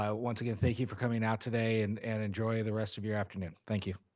um once again, thank you for coming out today and and enjoy the rest of your afternoon. thank you.